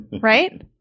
Right